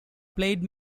played